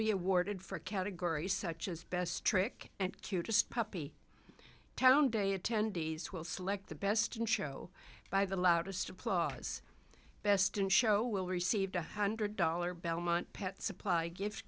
be awarded for categories such as best trick and cutest puppy town day attendees will select the best in show by the loudest applause best in show will receive one hundred dollars belmont pet supply gift